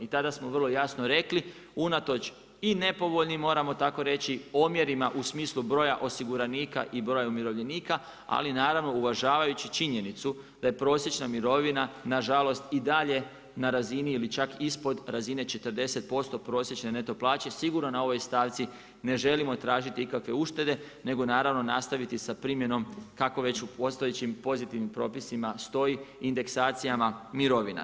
I tada smo vrlo jasno rekli unatoč i nepovoljnim moramo tako reći omjerima u smislu broja osiguranika i broja umirovljenika, ali naravno uvažavajući činjenicu da je prosječna mirovina nažalost i dalje na razini ili čak ispod razine 40% prosječne neto plaće, sigurno na ovoj stavci ne želimo tražiti ikakve uštede nego nastaviti sa primijenim kako već u postojećim pozitivnim propisima stoji indeksacijama mirovina.